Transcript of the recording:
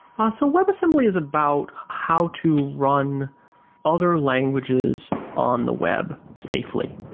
ah so web assembly is about how to run other languages on the web safely.